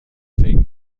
فکر